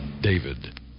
David